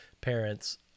parents